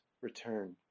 return